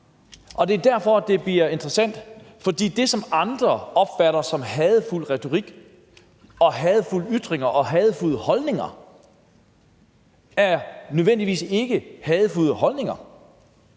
Og det er derfor, det bliver interessant, for det, som andre opfatter som hadefuld retorik og hadefulde ytringer og hadefulde holdninger, er ikke nødvendigvis hadefulde holdninger,